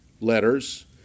letters